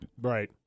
Right